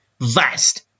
vast